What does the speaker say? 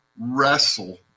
wrestle